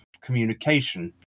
communication